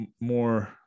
more